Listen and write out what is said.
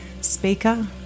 speaker